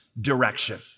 direction